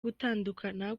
gutandukana